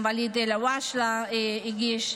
גם ואליד אל-הואשלה הגיש.